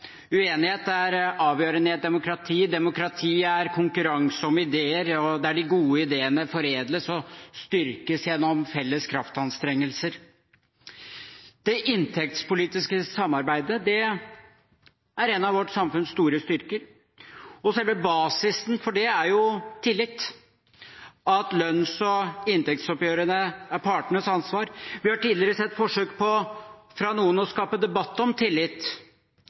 Uenighet er avgjørende i et demokrati. Demokrati er konkurranse om ideer, der de gode ideene foredles og styrkes gjennom felles kraftanstrengelser. Det inntektspolitiske samarbeidet er en av vårt samfunns store styrker, og selve basisen for det er tillit, at lønns- og inntektsoppgjørene er partenes ansvar. Vi har fra noen tidligere sett forsøk på å skape debatt om tillit.